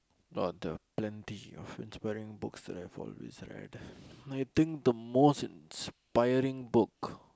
out of the plenty of inspiring books that I have always read I think the most inspiring book